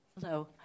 Hello